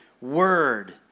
word